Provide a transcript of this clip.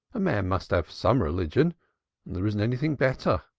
a man must have some religion, and there isn't anything better.